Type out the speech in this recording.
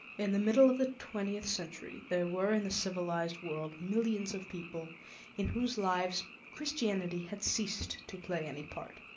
in the middle of the twentieth century there were in the civilized world, millions of people in whose lives christianity had ceased to play any part.